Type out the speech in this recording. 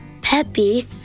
Peppy